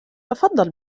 تفضل